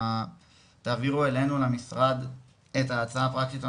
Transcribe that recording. תעבירו אלינו למשרד את ההצעה הפרקטית,